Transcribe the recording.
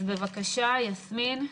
אז בבקשה, יסמין.